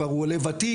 כבר הוא עולה ותיק,